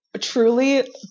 truly